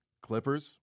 Clippers